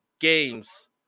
games